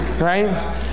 Right